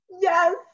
yes